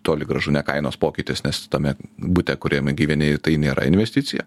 toli gražu ne kainos pokytis nes tame bute kuriame gyveni tai nėra investicija